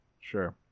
Sure